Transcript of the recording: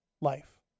life